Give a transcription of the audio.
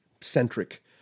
centric